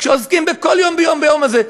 כשעוסקים יום-יום בזה.